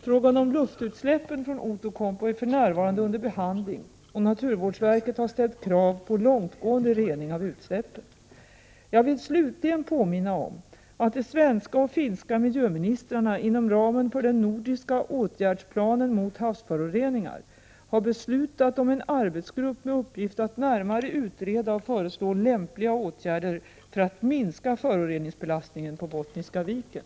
Frågan om luftutsläppen från Outokumpu är för närvarande under behandling, och naturvårdsverket har ställt krav på långtgående rening av utsläppen. Jag vill slutligen påminna om att de svenska och finska miljöministrarna inom ramen för den nordiska åtgärdsplanen mot havsföroreningar har beslutat om en arbetsgrupp med uppgift att närmare utreda och föreslå lämpliga åtgärder för att minska föroreningsbelastningen på Bottniska viken.